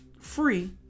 free